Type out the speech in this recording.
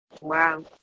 Wow